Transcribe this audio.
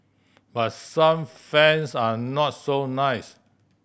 but some fans are not so nice